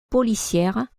policière